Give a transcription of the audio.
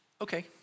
Okay